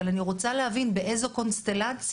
אבל אני רוצה להבין באיזו קונסטלציה,